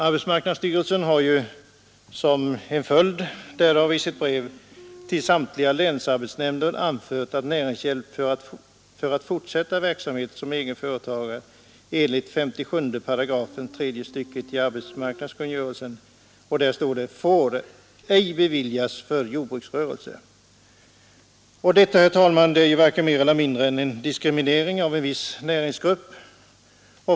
AMS har som en följd därav i ett brev till samtliga länsarbetsnämnder anfört, att näringshjälp för fortsättning av verksamhet som egen företagare enligt 57 § tredje stycket arbetsmarknadskungörelsen får ”ej beviljas för jordbruksrörelse”. Detta är mer eller mindre en diskriminering av en viss näringsgrupp.